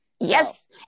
Yes